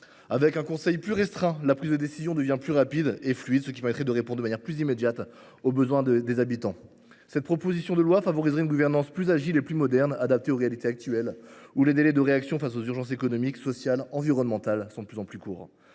Avec un conseil plus restreint, la prise de décision serait plus rapide et fluide, ce qui permettrait de répondre de manière plus immédiate aux besoins des habitants. Cette proposition de loi favoriserait donc une gouvernance plus agile et plus moderne, adaptée aux réalités actuelles, quand les délais de réaction face aux urgences économiques, sociales ou environnementales sont de plus en plus courts.